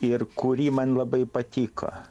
ir kuri man labai patiko